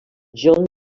john